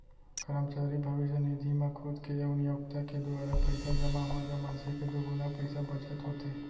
करमचारी भविस्य निधि म खुद के अउ नियोक्ता के दुवारा पइसा जमा होए ले मनसे के दुगुना पइसा बचत होथे